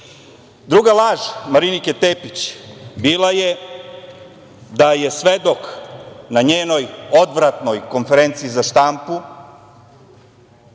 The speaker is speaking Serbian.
laž Marinike Tepić bila je da je svedok na njenoj odvratnoj konferenciji za štampu,